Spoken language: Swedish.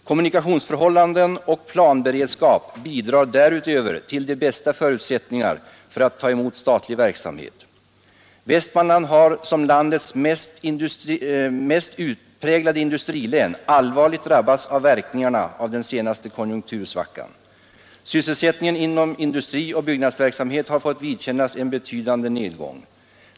Kommunikationsförhållanden och planberedskap bidrar därutöver till de bästa förutsättningar för att ta emot statlig verksamhet. Västmanland har som landets mest utpräglade industrilän allvarligt drabbats av verkningarna av den senaste konjunktursvackan. Sysselsättningen inom industri och byggnadsverksamhet har fått vidkännas en betydande nedgång.